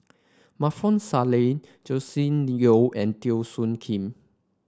Maarof Salleh Joscelin Yeo and Teo Soon Kim